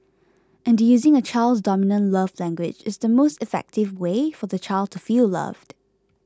and using a child's dominant love language is the most effective way for the child to feel loved